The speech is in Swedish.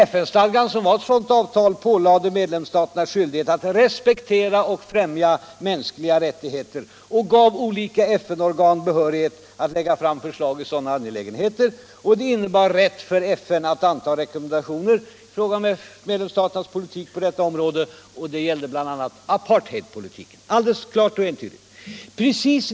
FN-stadgan, som var ett sådant avtal, pålade medlemsstaterna skyldighet att respektera och främja mänskliga rättigheter och gav olika FN-organ behörighet att lägga fram förslag i sådana angelägenheter. Det innebär rätt för FN att anta rekommendationer i fråga om medlemsstaternas politik på detta område, bl.a. beträffande apartheidpolitiken, alldeles klart och entydigt.